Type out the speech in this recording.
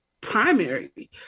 Primary